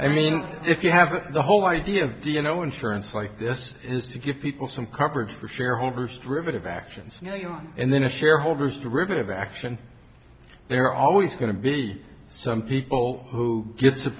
i mean if you have the whole idea of do you know insurance like this is to give people some coverage for shareholders derivative actions and then the shareholders derivative action there are always going to be some people who gets to